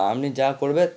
আপনি যা করবে